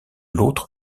l’autre